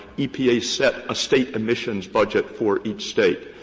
epa set a state emissions budget for each state.